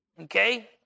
Okay